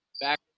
back